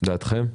מה דעתכם?